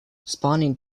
spawning